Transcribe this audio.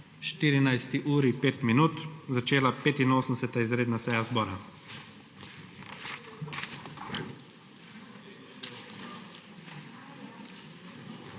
14.05, začela 85. izredna seja zbora.